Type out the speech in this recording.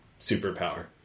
superpower